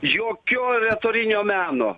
jokio retorinio meno